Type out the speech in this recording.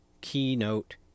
keynote